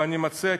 ואני מציע,